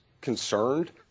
concerned